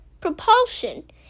propulsion